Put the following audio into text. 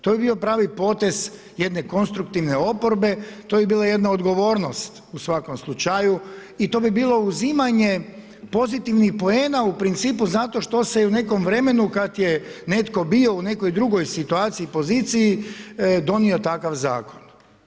To bi bio pravi potez jedne konstruktivne oporbe, to bi bila jedna odgovornost u svakom slučaju i to bi bilo uzimanje pozitivnih poena u principu zato što se je u nekom vremenu otkad je netko bio u nekoj drugoj situaciji, poziciji, donio takav zakon.